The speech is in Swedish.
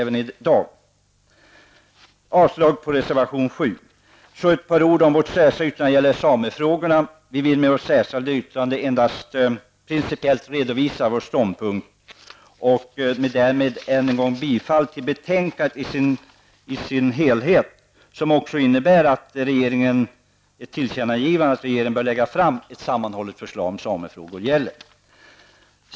Jag yrkar avslag på reservation 7. Så några ord om vårt särskilda yttrande beträffande samefrågorna. Med det särskilda yttrandet vill vi endast redovisa vår principiella ståndpunkt i ärendet. Därmed yrkar jag än en gång bifall till utskottsförslagen i betänkandet, vilket också innebär att ett tillkännagivande till regeringen att det bör läggas fram ett sammanhållet förslag beträffande samefrågorna gäller.